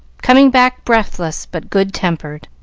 coming back breathless, but good-tempered.